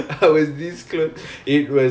oh